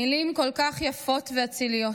מילים כל כך יפות ואציליות.